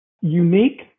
unique